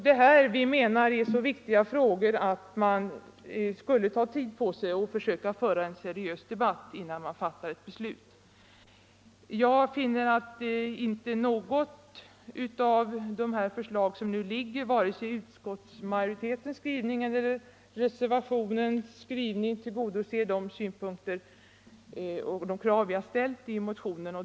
Dessa frågor menar vi är så viktiga att man borde ta tid på sig och försöka föra en seriös debatt innan man fattar ett beslut. Jag finner att inte något av de förslag som föreligger, vare sig i utskottsmajoritetens skrivning eller i reservationens skrivning, tillgodoses från de synpunkter och i enlighet med de krav vi har ställt i motionen.